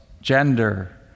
gender